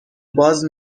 باز